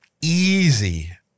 easy